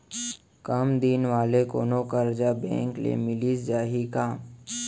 कम दिन वाले कोनो करजा बैंक ले मिलिस जाही का?